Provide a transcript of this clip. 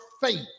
faith